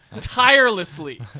tirelessly